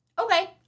Okay